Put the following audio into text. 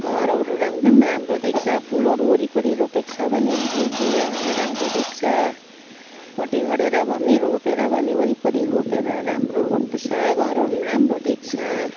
घरहरू रमदम राम्रो देख्छ फुलहरू वरिपरि रोपेको छ भने फुल बिरुवाहरूले राम्रो देख्छ कटिङ गरेर भए पनि रोपेर भए पनि वरिपरि रोपेर राम्रो गर्नुपर्छ घरहरू पनि राम्रो देख्छ